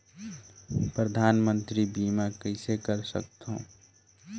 परधानमंतरी बीमा कइसे कर सकथव?